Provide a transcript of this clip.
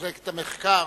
מחלקת המחקר,